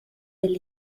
del